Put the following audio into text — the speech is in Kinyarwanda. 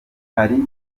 hari